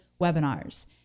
webinars